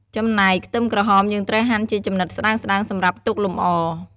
ចំណែក ខ្ទឹមក្រហមយើងត្រូវហាន់ជាចំណិតស្ដើងៗសម្រាប់ទុកលម្អ។